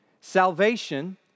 salvation